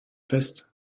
fest